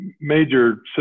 major